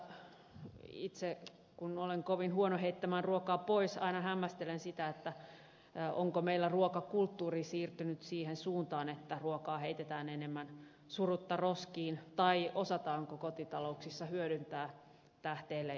toisaalta itse kun olen kovin huono heittämään ruokaa pois aina hämmästelen sitä onko meillä ruokakulttuuri siirtynyt siihen suuntaan että ruokaa heitetään enemmän surutta roskiin vai osataanko kotitalouksissa hyödyntää tähteelle jäänyttä ruokaa